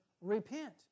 Repent